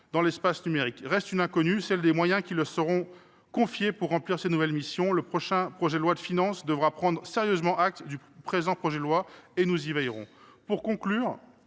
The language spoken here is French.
dans l’espace numérique. Reste une inconnue : celle des moyens qui leur seront confiés pour remplir ces nouvelles missions. Sur ce point, le prochain projet de loi de finances devra prendre sérieusement acte du présent projet de loi ; nous y veillerons. Pour conclure,